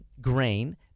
grain